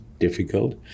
difficult